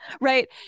Right